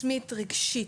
כלפי מוגבלות נפשית.